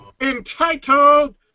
entitled